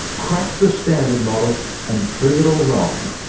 crack the standard model and prove it all wrong.